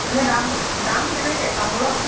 এনেই দামবোৰ দাম কেনেকৈ তামোলৰ